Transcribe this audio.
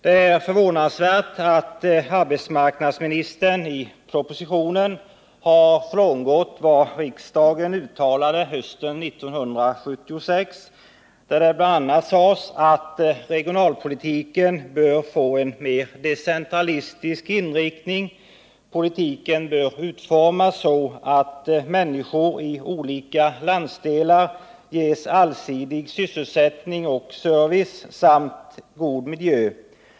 Det är förvånansvärt att arbetsmarknadsministern i propositionen har frångått vad riksdagen uttalade hösten 1976, då det bl.a. sades att ”regionalpolitiken bör få en mer decentralistisk inriktning. Politiken bör utformas så att människor i olika landsdelar ges allsidig sysselsättning och service samt god miljö.